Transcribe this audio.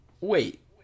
Wait